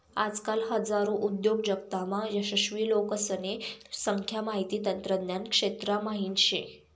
आजकाल हजारो उद्योजकतामा यशस्वी लोकेसने संख्या माहिती तंत्रज्ञान क्षेत्रा म्हाईन शे